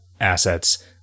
assets